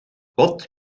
wat